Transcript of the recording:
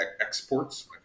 Exports